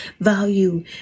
value